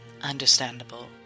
Understandable